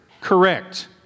Correct